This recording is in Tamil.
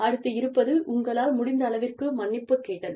அடுத்து இருப்பது உங்களால் முடிந்த அளவிற்கு மன்னிப்பு கேட்டல்